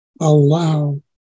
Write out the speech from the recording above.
allow